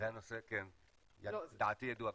דעתי ידועה.